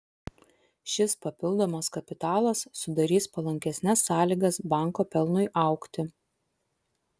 šis papildomas kapitalas sudarys palankesnes sąlygas banko pelnui augti